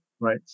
right